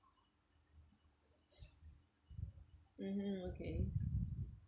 mmhmm okay